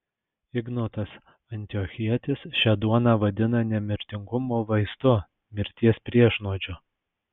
ignotas antiochietis šią duoną vadina nemirtingumo vaistu mirties priešnuodžiu